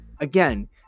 again